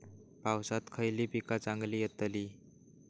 पावसात खयली पीका चांगली येतली?